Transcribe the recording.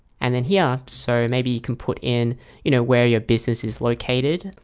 and then here so maybe you can put in you know where your business is located.